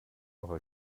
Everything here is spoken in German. eure